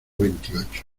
veintiocho